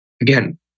again